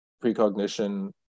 precognition